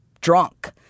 drunk